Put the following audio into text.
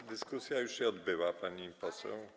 Ale dyskusja już się odbyła, pani poseł.